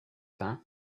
peint